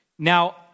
Now